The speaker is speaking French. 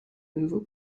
nouveaux